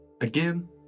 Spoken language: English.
Again